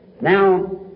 Now